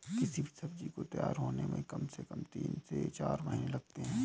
किसी भी सब्जी को तैयार होने में कम से कम तीन से चार महीने लगते हैं